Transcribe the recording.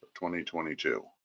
2022